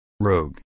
Rogue